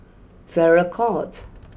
Farrer court